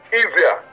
easier